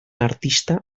artista